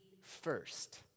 first